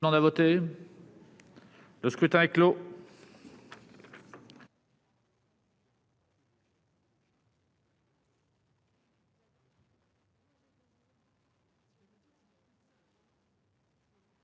Le scrutin est clos.